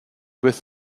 with